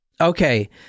Okay